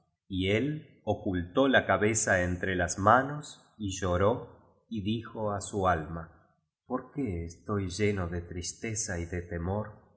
y él ocultó la cabeza entre las manos y lloró y dijo á su alma por qué estoy heno de tristeza y de temor